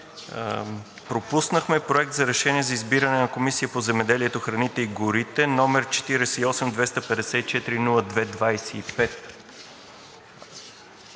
Пропуснахме Проект на решение за избиране на Комисия по земеделието, храните и горите, № 48-254-02-25.